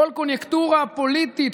כל קוניונקטורה פוליטית,